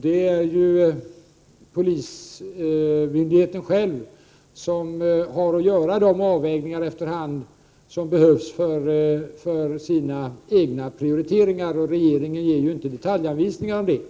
det är ju polismyndigheten själv som har att efter hand göra de avvägningar som behövs för de egna prioriteringarna. Regeringen ger ju inte detaljanvisningar om det.